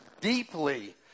deeply